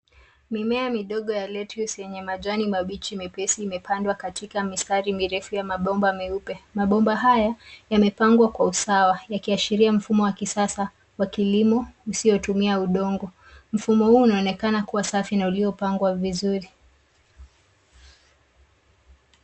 Mimea midogo ya lettuce yenye majani mabichi mepesi imepandwa katika mistari mirefu yenye mabomba meupe. Mabomba haya yamepangwa kwa usawa yakiashiria mfumo wa kisasa wa kilimo isiyotumia udongo. Mfumo huu unaonekana kuwa safi na uliopangwa vizuri.